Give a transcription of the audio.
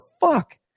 fuck